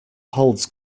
holds